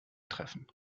treffen